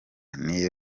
niyo